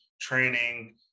training